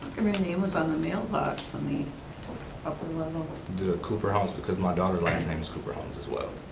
i mean name was on the mailbox on the upper level? the the cooper holmes, because my daughter's last name is cooper holmes as well.